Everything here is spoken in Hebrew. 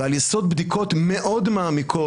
ועל יסוד בדיקות מאוד מעמיקות,